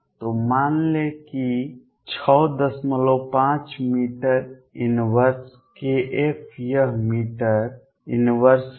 तो मान लें कि 65 मीटर इनवर्स kF यह मीटर इनवर्स है